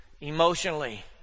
Emotionally